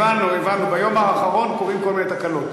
נכון, חבר הכנסת זאב?